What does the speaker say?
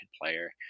player